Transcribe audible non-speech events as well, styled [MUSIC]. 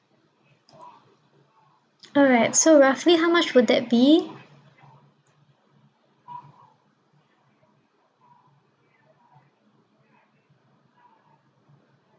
[NOISE] alright so roughly how much would that be